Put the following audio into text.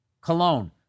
Cologne